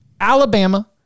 Alabama